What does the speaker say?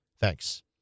Thanks